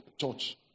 church